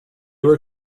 were